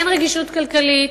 אין רגישות כלכלית.